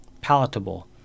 palatable